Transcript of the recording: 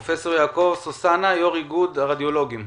פרופ' יעקב סוסנה, יו"ר איגוד הרדיולוגים.